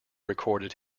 recorded